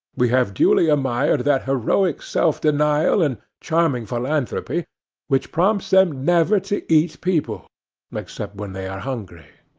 we have duly admired that heroic self-denial and charming philanthropy which prompts them never to eat people except when they are hungry,